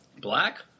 Black